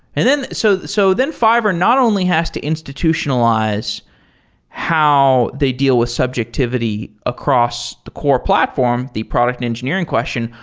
and then so so then fiverr not only has to institutionalize how they deal with subjectivity across the core platform, the product engineering question,